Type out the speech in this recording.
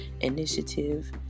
Initiative